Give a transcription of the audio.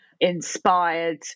inspired